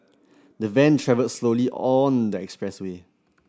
the van travelled slowly on the expressway